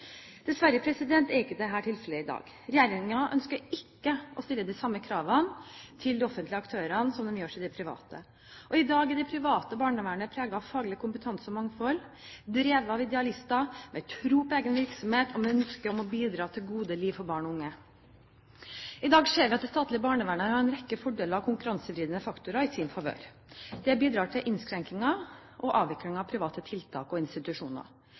Dessverre er dette ikke tilfellet i dag. Regjeringen ønsker ikke å stille de samme kravene til de offentlige aktørene som de gjør til de private. I dag er det private barnevernet preget av faglig kompetanse og mangfold, drevet av idealister med tro på egen virksomhet og med ønske om å bidra til et godt liv for barn og unge. I dag ser vi at det statlige barnevernet har en rekke fordeler, og at det er konkurransevridende faktorer som går i deres favør. Det bidrar til innskrenkninger i og avvikling av private tiltak og institusjoner.